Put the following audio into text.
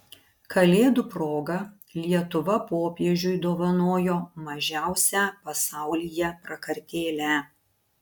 kalėdų proga lietuva popiežiui dovanojo mažiausią pasaulyje prakartėlę